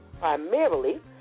primarily